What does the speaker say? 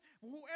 whoever